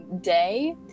day